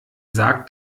sagt